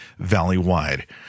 Valleywide